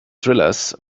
thrillers